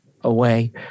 away